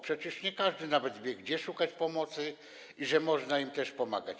Przecież nie każdy nawet wie, gdzie szukać pomocy i że można im też pomagać.